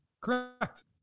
Correct